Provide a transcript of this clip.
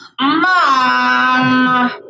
Mom